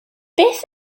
beth